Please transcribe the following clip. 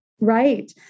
Right